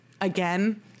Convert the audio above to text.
again